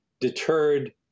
deterred